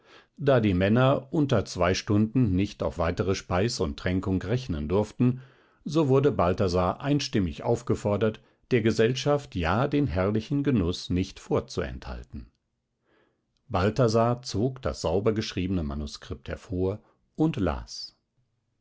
da die männer unter zwei stunden nicht auf weitere speis und tränkung rechnen durften so wurde balthasar einstimmig aufgefordert der gesellschaft ja den herrlichen genuß nicht vorzuenthalten balthasar zog das sauber geschriebene manuskript hervor und las